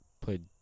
played